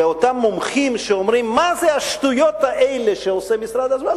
שאותם מומחים שאומרים: מה זה השטויות האלה שעושה משרד ההסברה,